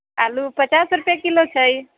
आलू पचास रुपए किलो छै